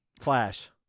Flash